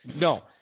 No